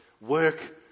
work